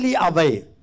away